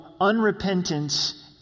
unrepentance